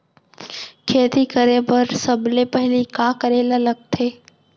खेती करे बर सबले पहिली का करे ला लगथे?